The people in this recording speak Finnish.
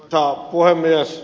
arvoisa puhemies